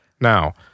Now